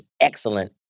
excellent